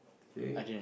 okay